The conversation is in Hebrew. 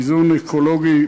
איזון אקולוגי,